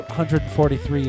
143